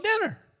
dinner